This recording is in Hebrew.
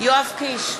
יואב קיש,